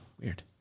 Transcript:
Weird